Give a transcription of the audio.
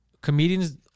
comedians